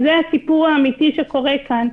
זה הסיפור האמיתי שקורה כאן.